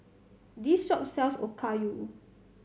this shop sells Okayu